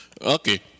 Okay